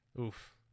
Oof